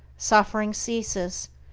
suffering ceases,